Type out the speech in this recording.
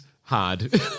hard